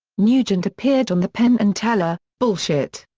nugent appeared on the penn and teller bullshit!